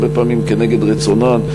הרבה פעמים נגד רצונן,